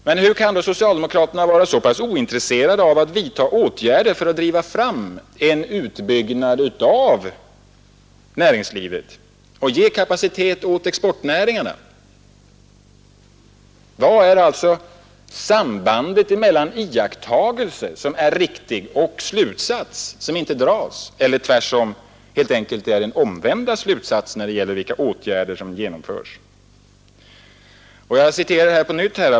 Men hur kan då socialdemokraterna vara så ointresserade av att vidta åtgärder för att driva fram en utbyggnad av näringslivet, som kan ge kapacitet åt exportnäringarna? Vad är alltså sambandet mellan iakttagelse — som är riktig — och slutsats som inte dras eller som helt enkelt blir den omvända slutsatsen när det gäller vilka åtgärder som faktiskt genomförs?